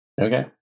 Okay